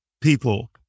people